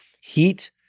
Heat